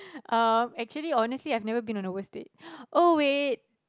um actually honestly I've never been on a worst date oh wait